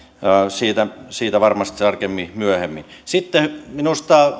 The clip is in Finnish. siitä siitä varmasti tarkemmin myöhemmin minusta